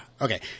okay